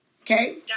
Okay